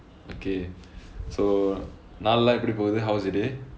okay so நாளுளா எப்படி போது:naalula eppadi pothu how was your day